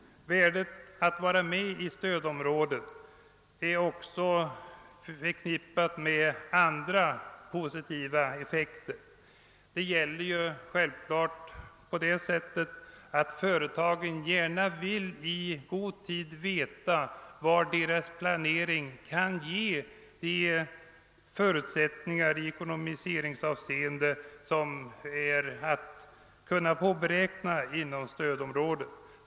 Värdet av att vara med i ett stödområde är också förknippat med andra positiva effekter. Företagen vill gärna i god tid veta vad deras planering kan ge inom stödområdet med avseende på ekonomin.